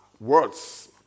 words